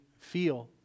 feel